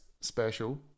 special